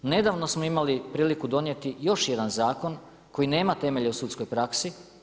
Nedavno smo imali priliku donijeti još jedan zakon koji nema temelje u sudskoj praksi.